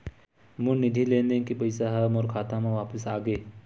मोर निधि लेन देन के पैसा हा मोर खाता मा वापिस आ गे